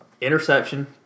Interception